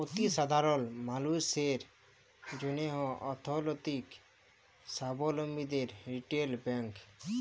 অতি সাধারল মালুসের জ্যনহে অথ্থলৈতিক সাবলম্বীদের রিটেল ব্যাংক